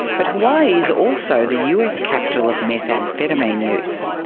but hawaii is also the us capital of methamphetamine use.